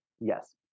Yes